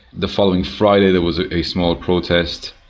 the following friday there was a small protest.